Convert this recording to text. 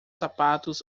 sapatos